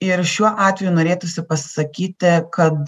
ir šiuo atveju norėtųsi pasakyti kad